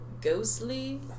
ghostly